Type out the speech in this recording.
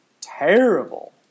terrible